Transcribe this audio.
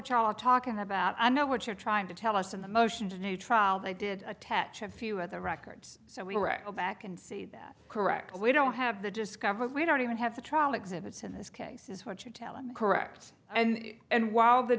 charla talking about i know what you're trying to tell us in the motions in a trial they did attach a few other records so we were all back and see that correct we don't have the discovery we don't even have the trial exhibits in this case is what you're telling me correct and and while the